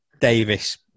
Davis